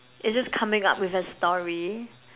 it's just coming up with a story